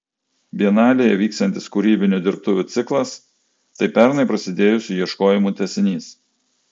bienalėje vyksiantis kūrybinių dirbtuvių ciklas tai pernai prasidėjusių ieškojimų tęsinys